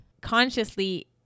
consciously